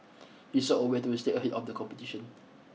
he saw a way to stay ahead on the competition